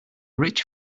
rich